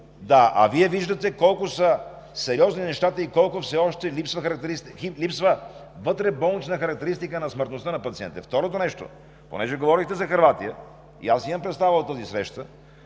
Да! А Вие виждате колко сериозни са нещата и колко все още липсват характеристики, липсва вътреболнична характеристика на смъртността на пациентите. Второто нещо: понеже говорихте за Хърватия и аз имам представа от тази среща